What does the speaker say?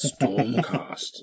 Stormcast